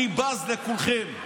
אני בז לכולכם.